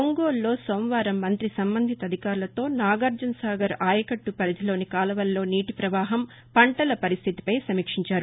ఒంగోలులో సోమవారం మంతి సంబంధిత అధికారులతో నాగార్జనసాగర్ ఆయకట్లు పరిధిలోని కాలువల్లో నీటి ప్రవాహం పంటల పరిస్లితిపై సమీక్షించారు